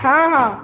ହଁ ହଁ